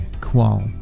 Qual